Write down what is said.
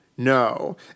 No